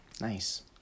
Nice